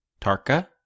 Tarka